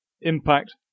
impact